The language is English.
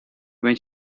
when